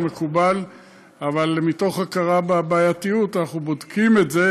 אבל מתוך הכרה בבעייתיות אנחנו בודקים את זה.